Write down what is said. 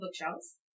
bookshelves